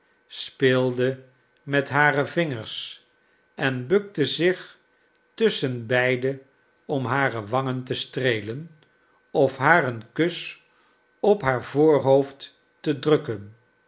speelde met hare vingers en bukte zich tusschenbeide om hare wangen te streelen of haar een kus op haar voorhoofd te drukken